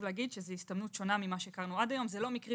זו הסתמנות שונה ממה שהכרנו עד היום לא מקרים